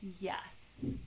Yes